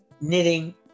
knitting